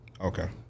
Okay